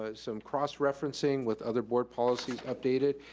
ah some cross referencing with other board policies updated,